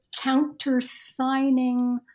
countersigning